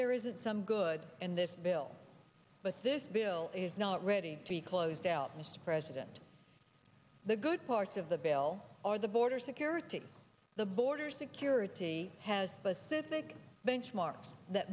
there isn't some good in this bill but this bill is not ready to be closed out mr president the good parts of the bill are the border security the border security has specific benchmarks that